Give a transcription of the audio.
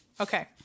okay